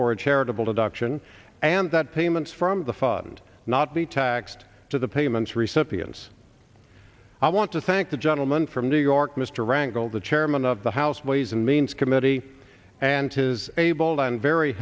for a charitable deduction and that payments from the fund not be taxed to the payments recipients i want to thank the gentleman from new york mr wrangle the chairman of the house ways and means committee and his able and very